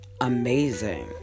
Amazing